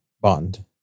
bond